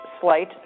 slight